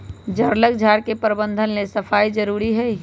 जङगल झार के प्रबंधन लेल सफाई जारुरी हइ